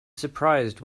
surprised